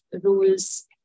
rules